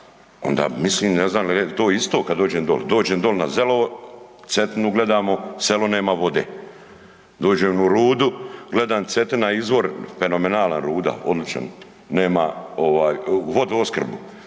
onda mislim ne znam jel to isto kad dođem doli. Dođem doli na selo, Cetinu gledamo, selo nema vode, dođem u Rudu gledam Cetina izvor fenomenalna Ruda odličan nema ovaj vodoopskrbu